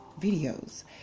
videos